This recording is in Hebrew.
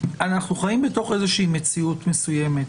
חיים בתוך מציאות מסוימת.